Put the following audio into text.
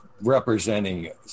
representing